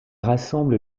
rassemble